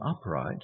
upright